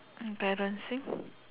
embarrassing